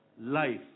life